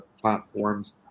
platforms